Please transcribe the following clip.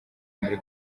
muri